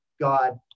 God